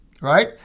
right